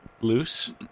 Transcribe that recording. Loose